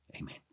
Amen